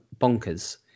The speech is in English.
bonkers